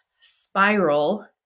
spiral